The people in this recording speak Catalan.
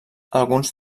alguns